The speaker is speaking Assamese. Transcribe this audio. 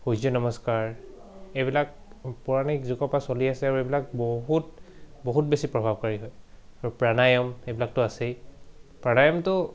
সূৰ্য নমস্কাৰ এইবিলাক পৌৰাণিক যুগৰ পৰা চলি আছে আৰু এইবিলাক বহুত বহুত বেছি প্ৰভাৱকাৰি হয় আৰু প্ৰণায়ম এইবিলাকতো আছেই প্ৰণায়মটো